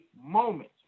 moment